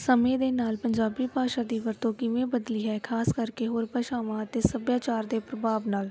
ਸਮੇਂ ਦੇ ਨਾਲ ਪੰਜਾਬੀ ਭਾਸ਼ਾ ਦੀ ਵਰਤੋਂ ਕਿਵੇਂ ਬਦਲੀ ਹੈ ਖਾਸ ਕਰਕੇ ਹੋਰ ਭਾਸ਼ਾਵਾਂ ਅਤੇ ਸੱਭਿਆਚਾਰ ਦੇ ਪ੍ਰਭਾਵ ਨਾਲ